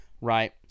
right